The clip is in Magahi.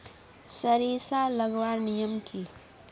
सरिसा लगवार नियम की?